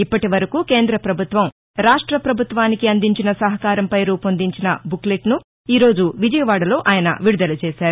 ఇప్పటివరకు కేంద్ర ప్రభుత్వం రాష్ట ప్రభుత్వానికి అందించిన సహకారంపై రూపొందించిన బుక్ లెట్ ను ఈరోజు విజయవాడలో ఆయన విడుదల చేశారు